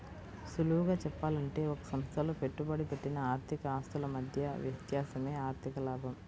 సులువుగా చెప్పాలంటే ఒక సంస్థలో పెట్టుబడి పెట్టిన ఆర్థిక ఆస్తుల మధ్య వ్యత్యాసమే ఆర్ధిక లాభం